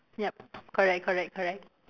yup correct correct correct